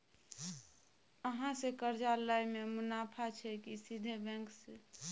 अहाँ से कर्जा लय में मुनाफा छै की सीधे बैंक से?